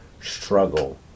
struggle